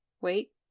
Wait